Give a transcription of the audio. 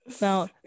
Now